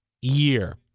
year